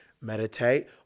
meditate